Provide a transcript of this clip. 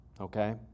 Okay